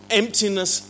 emptiness